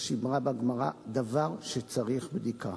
יש אמרה בגמרא: דבר שצריך בדיקה.